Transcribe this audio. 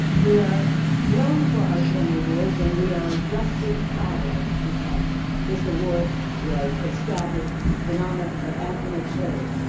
we are known for our tony awards and we are justly proud of them, because this award was established in honor of antoinette perry,